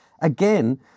again